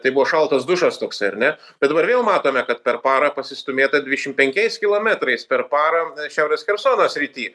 tai buvo šaltas dušas toksai ar ne bet dabar vėl matome kad per parą pasistūmėta dvišim penkiais kilometrais per parą šiaurės chersono srity